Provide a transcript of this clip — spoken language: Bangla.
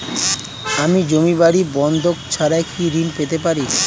আমি জমি বাড়ি বন্ধক ছাড়া কি ঋণ পেতে পারি?